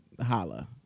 holla